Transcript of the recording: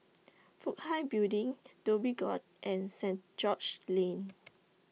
Fook Hai Building Dhoby Ghaut and Saint George's Lane